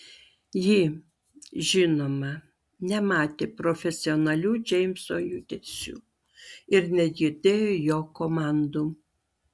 ji žinoma nematė profesionalių džeimso judesių ir negirdėjo jo komandų